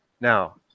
Now